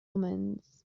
omens